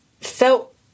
felt